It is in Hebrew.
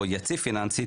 או יציב פיננסית.